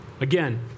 Again